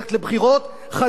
חזקים שבעתיים.